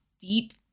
deep